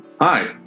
Hi